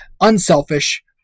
Unselfish